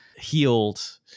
healed